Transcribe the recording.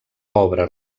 obra